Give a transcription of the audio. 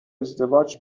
ازدواج